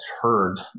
heard